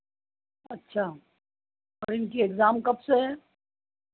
अच्छा और इनकी एग्जाम कब से है